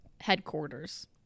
headquarters